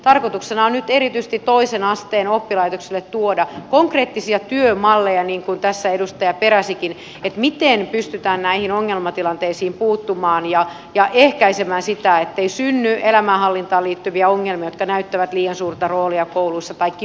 tarkoituksena on nyt erityisesti toisen asteen oppilaitoksille tuoda konkreettisia työmalleja niin kuin tässä edustaja peräsikin että miten pystytään näihin ongelma tilanteisiin puuttumaan ja ehkäisemään sitä ettei synny elämänhallintaan liittyviä ongelmia jotka näyttelevät liian suurta roolia kouluissa tai kiusaamista